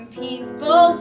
people